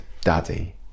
daddy